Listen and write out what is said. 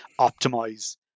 optimize